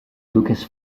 lukas